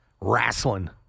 wrestling